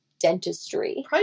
dentistry